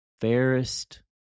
Fairest